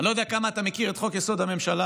אני לא יודע כמה אתה מכיר את חוק-יסוד: הממשלה,